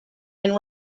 and